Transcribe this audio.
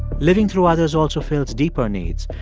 living through others also fills deeper needs.